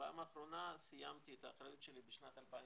פעם אחרונה סיימתי את האחריות שלי בשנת 2015,